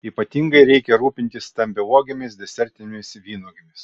ypatingai reikia rūpintis stambiauogėmis desertinėmis vynuogėmis